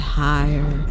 higher